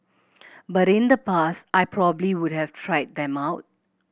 but in the past I probably would have tried them out